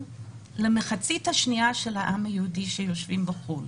למחצית השנייה של העם היהודי שיושב בחו"ל,